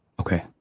Okay